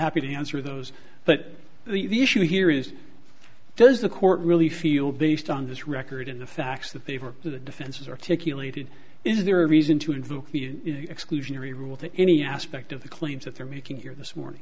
happy to answer those but the issue here is does the court really feel based on this record in the facts that they've or the defense has articulated is there a reason to invoke the exclusionary rule to any aspect of the claims that they're making here this morning